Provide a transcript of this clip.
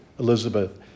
Elizabeth